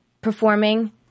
performing